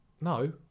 No